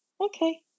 okay